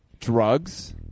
drugs